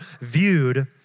viewed